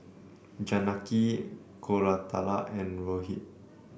Janaki Koratala and Rohit